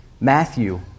Matthew